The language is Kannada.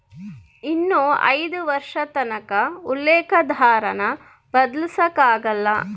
ಇನ್ನ ಐದು ವರ್ಷದತಕನ ಉಲ್ಲೇಕ ದರಾನ ಬದ್ಲಾಯ್ಸಕಲ್ಲ